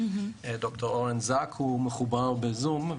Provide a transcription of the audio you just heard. ד"ר אורן זק והוא מחובר בזום,